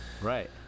Right